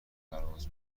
پرواز